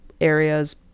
areas